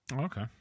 okay